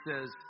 says